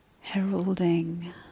heralding